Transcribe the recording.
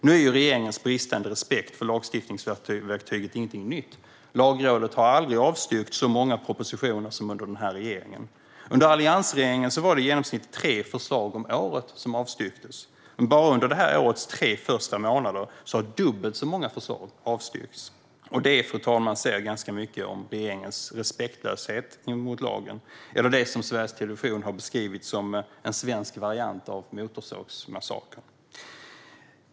Nu är ju regeringens bristande respekt för lagstiftningsverktyget ingenting nytt. Lagrådet har aldrig avstyrkt så många propositioner som under den här regeringen. Under alliansregeringen var det i genomsnitt tre förslag om året som avstyrktes. Bara under det här årets tre första månader har dubbelt så många förslag avstyrkts. Det, fru talman, säger ganska mycket om regeringens respektlöshet mot lagen. Sveriges Television har beskrivit det som en svensk variant av Motorsågsmassakern .